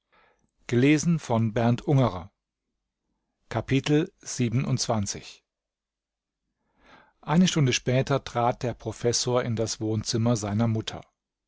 eine stunde später trat der professor in das wohnzimmer seiner mutter